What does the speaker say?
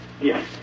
Yes